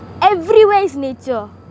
everywhere is nature